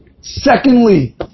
Secondly